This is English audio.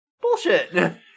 bullshit